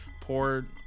poor